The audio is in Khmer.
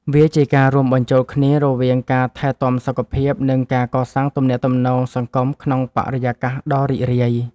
វាជាការរួមបញ្ចូលគ្នារវាងការថែទាំសុខភាព និងការកសាងទំនាក់ទំនងសង្គមក្នុងបរិយាកាសដ៏រីករាយ។